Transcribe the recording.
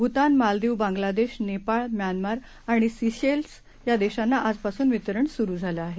Bhutan Maldives Bangladesh Nepal Myanmar आणि Seychelles या देशांना आजपासून वितरण सुरु झालं आहे